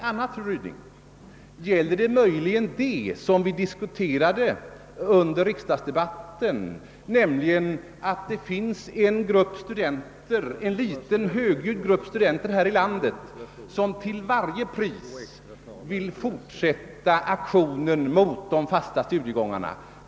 Är anledningen till fru Rydings fråga möjligen det som vi diskuterade under riksdagsdebatten, nämligen att det finns en liten högljudd grupp studenter i vårt land, som till varje pris vill fortsätta aktionen mot de fasta studiegångarna?